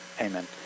Amen